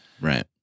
Right